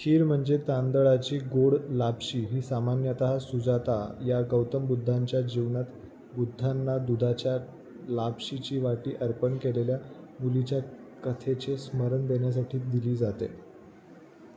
खीर म्हणजे तांदळाची गोड लापशी ही सामान्यतः सुजाता या गौतम बुद्धांच्या जीवनात बुद्धांना दुधाच्या लापशीची वाटी अर्पण केलेल्या मुलीच्या कथेचे स्मरण देण्यासाठी दिली जाते